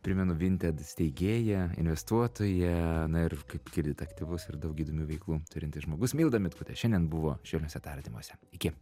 primenu vinted steigėją investuotoją na ir kaip girdit aktyvus ir daug įdomių veiklų turintis žmogus milda mitkutė šiandien buvo švelniuose tardymuose iki